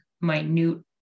minute